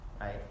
right